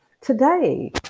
Today